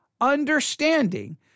understanding